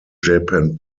japan